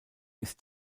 ist